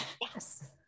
Yes